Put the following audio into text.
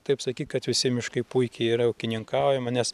taip sakyt kad visi miškai puikiai yra ūkininkaujama nes